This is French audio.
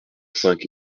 cinq